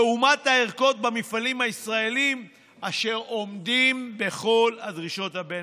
לעומת הערכות במפעלים הישראליים אשר עומדים בכל הדרישות הבין-לאומיות.